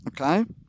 okay